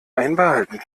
einbehalten